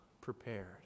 prepared